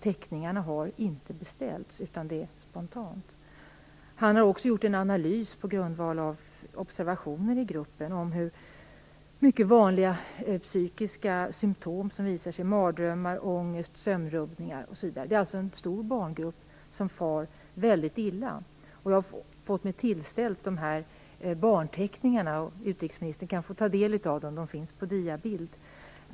Teckningarna har inte beställts, utan de är gjorda spontant. Denne barnpsykolog har också på grundval av observationer i gruppen gjort en analys som visar på mycket vanliga psykiska symtom, i form av mardrömmar, ångest, sömnrubbningar osv. Det är alltså en stor barngrupp som far väldigt illa. Jag har fått tillgång till dessa barnteckningar, och utrikesministern kan få ta del av dem på diabild.